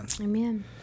amen